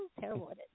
terrible